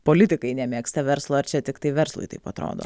politikai nemėgsta verslo ar čia tiktai verslui taip atrodo